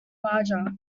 larger